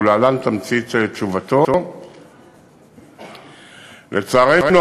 ולהלן תמצית תשובתו: 1. לצערנו,